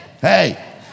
hey